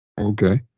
okay